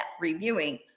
reviewing